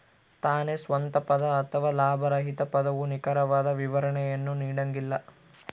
ತಾನೇ ಸ್ವಂತ ಪದ ಅಥವಾ ಲಾಭರಹಿತ ಪದವು ನಿಖರವಾದ ವಿವರಣೆಯನ್ನು ನೀಡಂಗಿಲ್ಲ